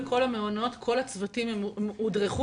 בכל המעונות כל הצוותים הודרכו?